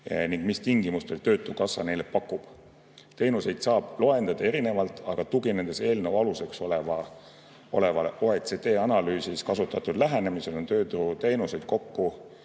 ning mis tingimustel töötukassa neile pakub. Teenuseid saab loendada erinevalt, aga tuginedes eelnõu aluseks olevale OECD analüüsis kasutatud lähenemisele, on tööturuteenuseid kokku